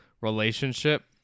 relationship